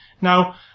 Now